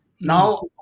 Now